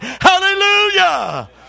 Hallelujah